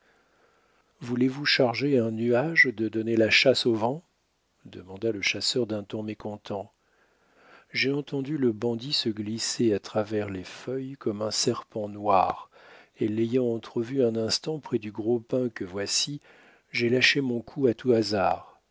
voulez-vous charger un nuage de donner la chasse au vent demanda le chasseur d'un ton mécontent j'ai entendu le bandit se glisser à travers les feuilles comme un serpent noir et l'ayant entrevu un instant près du gros pin que voici j'ai lâché mon coup à tout hasard